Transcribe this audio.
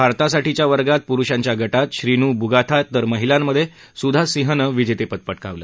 भारतासाठीच्या वर्गात पुरुषांच्या गटात श्रीनु बुगाथा तर महिलांमध्ये सुधा सिंहनं विजेते पद पटकावलं